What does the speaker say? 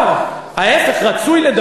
אסור לי להתווכח אתך?